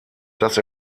dass